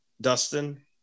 Dustin